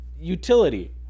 utility